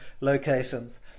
locations